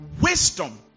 wisdom